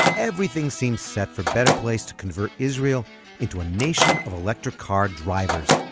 everything seemed set for better place to convert israel into a nation of electric car drivers